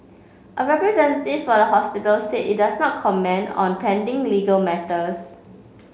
a representative for the hospital said it does not comment on pending legal matters